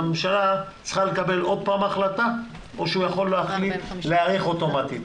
הממשלה צריכה לקבל עוד פעם החלטה או שהוא יכול להחליט להאריך אוטומטית?